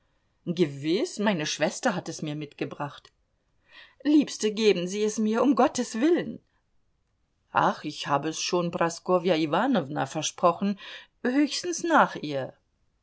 gewiß meine schwester hat es mir mitgebracht liebste geben sie es mir um gottes willen ach ich habe es schon praskowja iwanowna versprochen höchstens nach ihr